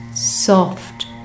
soft